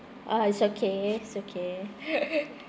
uh it's okay it's okay